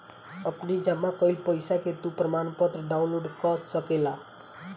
अपनी जमा कईल पईसा के तू प्रमाणपत्र डाउनलोड कअ सकेला